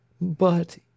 But